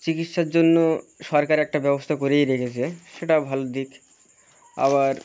চিকিৎসার জন্য সরকার একটা ব্যবস্থা করেই রেখেছে সেটাও ভালো দিক আবার